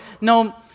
No